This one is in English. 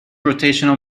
rotational